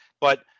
But-